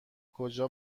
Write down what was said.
کجا